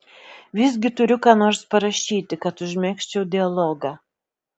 visgi turiu ką nors parašyti kad užmegzčiau dialogą